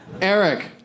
Eric